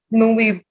movie